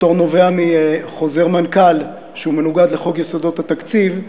הפטור נובע מחוזר מנכ"ל שמנוגד לחוק יסודות התקציב.